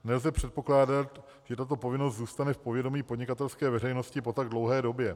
Nelze předpokládat, že tato povinnost zůstane v povědomí podnikatelské veřejnosti po tak dlouhé době.